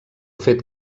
fet